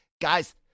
Guys